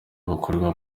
bakorerwa